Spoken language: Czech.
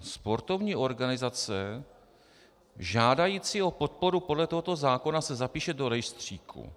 Sportovní organizace žádající o podporu podle tohoto zákona se zapíše do rejstříku.